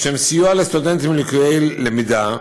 לשם סיוע לסטודנטים לקויי למידה,